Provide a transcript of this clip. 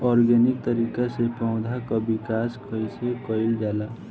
Organic तरीका से पौधा क विकास कइसे कईल जाला?